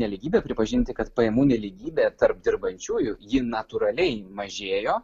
nelygybę pripažinti kad pajamų nelygybė tarp dirbančiųjų ji natūraliai mažėjo